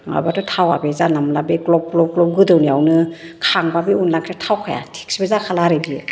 नङाबाथ' थावा बे जानला मोनला ग्लब ग्लब गोदौनायावनो खांबा बे अनला ओंख्रिया थावखाया टेस्तबो जाखाला आरो बियो